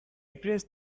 pressed